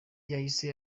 yahise